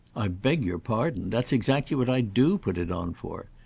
i beg your pardon that's exactly what i do put it on for.